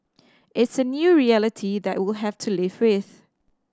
it's a new reality that we'll have to live with